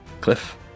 Cliff